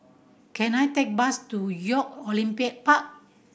can I take bus to Youth Olympic Park